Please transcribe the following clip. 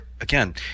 again